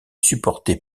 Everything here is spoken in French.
supporté